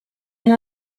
and